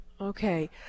Okay